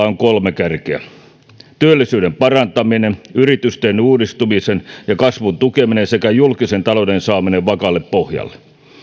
on kolme kärkeä työllisyyden parantaminen yritysten uudistumisen ja kasvun tukeminen sekä julkisen talouden saaminen vakaalle pohjalle